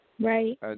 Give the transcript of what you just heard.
Right